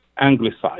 anglicized